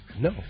No